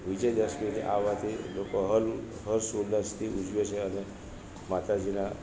વિજય દસમી આવવાથી લોકો હર્ષ ઉલાસથી ઉજવે છે અને માતાજીના